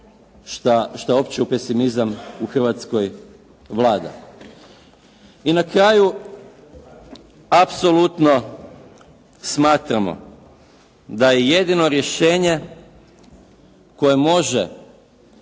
što je uopće pesimizam u Hrvatskoj vlada. I na kraju, apsolutno smatramo da je jedino rješenje koje može